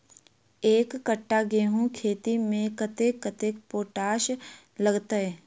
एक कट्ठा गेंहूँ खेती मे कतेक कतेक पोटाश लागतै?